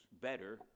better